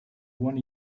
one